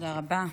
תודה רבה.